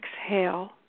exhale